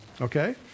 Okay